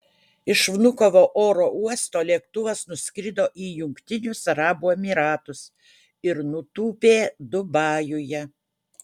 iš vnukovo oro uosto lėktuvas nuskrido į jungtinius arabų emyratus ir nutūpė dubajuje